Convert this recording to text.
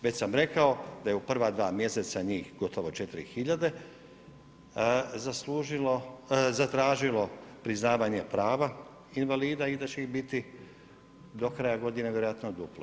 Već sam rekao da je u prva dva mjeseca njih gotovo 4000 zatražilo priznavanje prava invalida i da će ih biti do kraja godine vjerojatno duplo.